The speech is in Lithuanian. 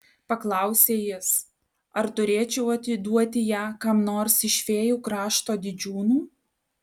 paklausė jis ar turėčiau atiduoti ją kam nors iš fėjų krašto didžiūnų